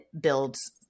builds